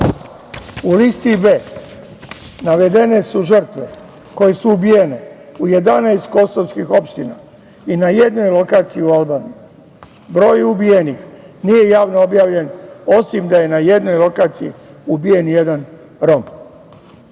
listi „b“ navedene su žrtve koje su ubijene u 11 kosovskih opština i na jednoj lokaciji u Albaniji. Broj ubijenih nije javno objavljen, osim da je na jednoj lokaciji ubijen jedan Rom.U